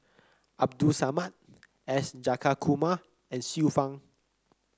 Abdul Samad S Jayakumar and Xiu Fang